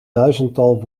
duizendtal